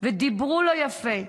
ודיברו לא יפה.